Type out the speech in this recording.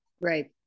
Right